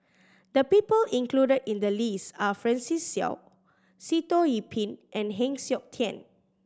the people included in the list are Francis Seow Sitoh Yih Pin and Heng Siok Tian